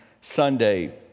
Sunday